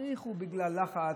האריכו בגלל לחץ,